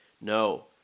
No